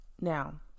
Now